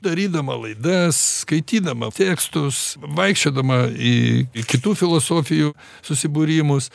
darydama laidas skaitydama tekstus vaikščiodama į į kitų filosofijų susibūrimus